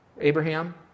Abraham